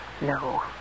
No